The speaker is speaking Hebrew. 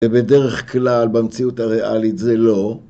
ובדרך כלל במציאות הריאלית זה לא.